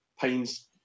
pains